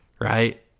right